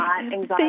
anxiety